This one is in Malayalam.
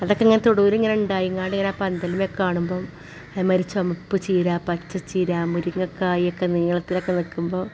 അതൊക്കെ ഇങ്ങനെ തോടുല് ഇങ്ങനെ ഉണ്ടായിങ്ങണ്ട് പന്തലുമേൽ കാണുമ്പോൾ അതേ മാതിരി ചുവപ്പ് ചീര പച്ച ചീര മുരിങ്ങ കായൊക്കെ നീളത്തിൽ ഒക്കെ നിൽക്കുമ്പോൾ